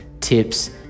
tips